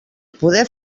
poder